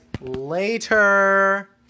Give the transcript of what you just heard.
later